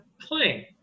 playing